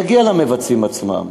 נגיע למבצעים עצמם.